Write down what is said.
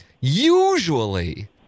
usually